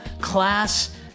class